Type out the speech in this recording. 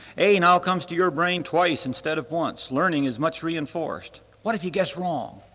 a now comes to your brain twice instead of once learning is much reinforced. what if you guess wrong.